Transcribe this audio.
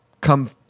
come